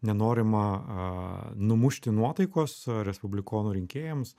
nenorima numušti nuotaikos respublikonų rinkėjams